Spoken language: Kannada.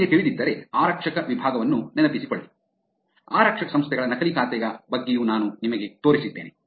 ನಿಮಗೆ ತಿಳಿದಿದ್ದರೆ ಆರಕ್ಷಕ ವಿಭಾಗವನ್ನು ನೆನಪಿಸಿಕೊಳ್ಳಿ ಆರಕ್ಷಕ ಸಂಸ್ಥೆಗಳ ನಕಲಿ ಖಾತೆಯ ಬಗ್ಗೆಯೂ ನಾನು ನಿಮಗೆ ತೋರಿಸಿದ್ದೇನೆ